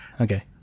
Okay